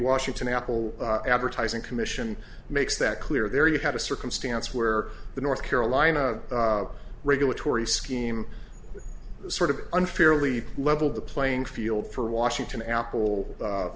washington apple advertising commission makes that clear there you had a circumstance where the north carolina regulatory scheme sort of unfairly levelled the playing field for washington apple